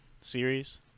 series